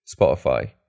Spotify